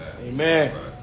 Amen